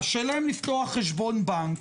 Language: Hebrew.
קשה להם לפתוח חשבון בנק,